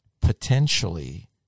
potentially